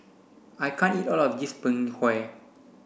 I can't eat all of this Png Kueh